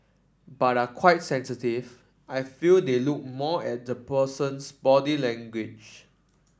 but are quite sensitive I feel they look more at the person's body language